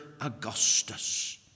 Augustus